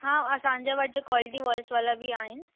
हा असांजा वटि क्वालिटी वॉल्स वाला बि आहिनि